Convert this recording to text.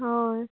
हय